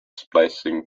splicing